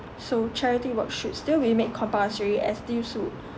so charity work should still be made compulsory as still